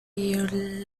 year